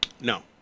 No